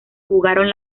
jugaron